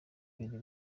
biri